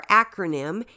acronym